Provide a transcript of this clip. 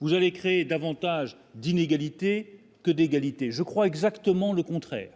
Vous allez créer davantage d'inégalités que d'égalité, je crois, exactement le contraire.